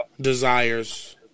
desires